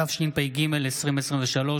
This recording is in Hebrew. התשפ"ג 2023,